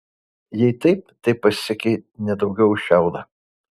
jei taip tai pasiekei ne daugiau už šiaudą